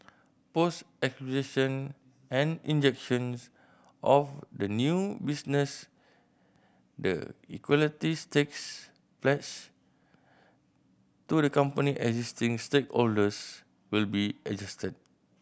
post acquisition and injections of the new business the equity stakes pledged to the company existing stakeholders will be adjusted